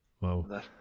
wow